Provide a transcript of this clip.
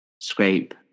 scrape